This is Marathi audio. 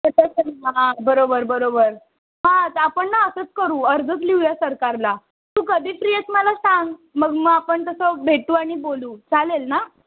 तसंच करू हां बरोबर बरोबर हां तर आपण ना असंच करू अर्जच लिहूया सरकारला तू कधी फ्री आहेस मला सांग मग मग आपण तसं भेटू आणि बोलू चालेल ना